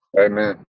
Amen